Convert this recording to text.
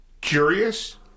curious